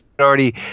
already